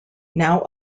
now